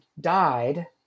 died